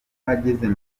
mbabwira